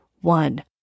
One